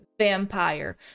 vampire